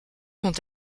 sont